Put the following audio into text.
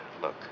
Look